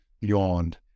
yawned